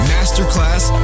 Masterclass